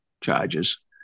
charges